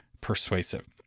persuasive